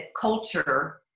culture